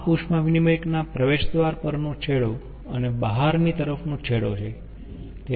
આ ઉષ્મા વિનીમયકના પ્રવેશ દ્વાર પરનો છેડો અને બહારની તરફનો છેડો છે